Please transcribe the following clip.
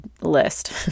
list